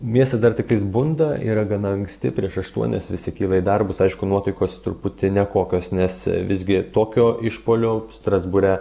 miestas dar tiktais bunda yra gana anksti prieš aštuonias visi kyla į darbus aišku nuotaikos truputį nekokios nes visgi tokio išpuolio strasbūre